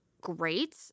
great